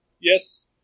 Yes